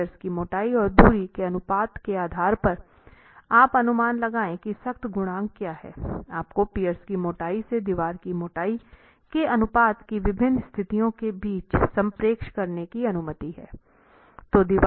तो पिएर्स की मोटाई और दूरी के अनुपात के आधार पर आप अनुमान लगाएं कि सख्त गुणांक क्या है और आपको पिएर्स की मोटाई से दीवार की मोटाई के अनुपात की विभिन्न स्थितियों के बीच प्रक्षेप करने की अनुमति है